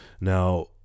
Now